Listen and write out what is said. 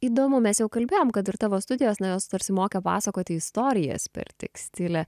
įdomu mes jau kalbėjom kad ir tavo studijos na jos tarsi mokė pasakoti istorijas per tekstilę